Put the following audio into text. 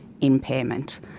impairment